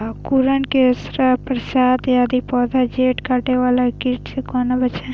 अंकुरण के पश्चात यदि पोधा के जैड़ काटे बाला कीट से कोना बचाया?